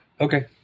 Okay